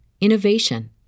innovation